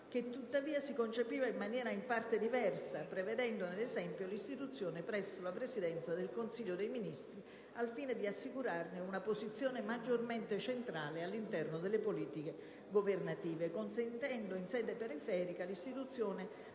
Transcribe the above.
che tuttavia si concepiva in maniera in parte diversa, prevedendone ad esempio l'istituzione presso la Presidenza del Consiglio dei Ministri (al fine di assicurarne una posizione maggiormente centrale all'interno delle politiche governative), consentendo in sede periferica l'istituzione